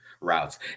routes